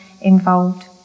involved